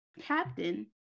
captain